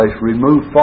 remove